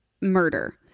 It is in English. murder